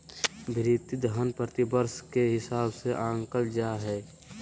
भृति धन प्रतिवर्ष के हिसाब से आँकल जा हइ